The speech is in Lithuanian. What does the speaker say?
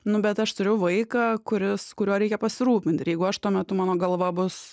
nu bet aš turiu vaiką kuris kuriuo reikia pasirūpint ir jeigu aš tuo metu mano galva bus